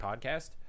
Podcast